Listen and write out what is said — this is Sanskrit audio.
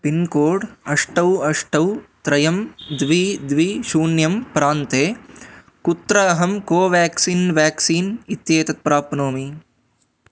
पिन्कोड् अष्टौ अष्टौ त्रयं द्वि द्वि शून्यं प्रान्ते कुत्र अहं कोवेक्सिन् व्याक्सीन् इत्येतत् प्राप्नोमि